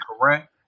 correct